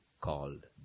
called